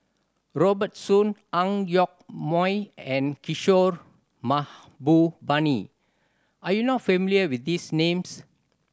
Robert Soon Ang Yoke Mooi and Kishore Mahbubani are you not familiar with these names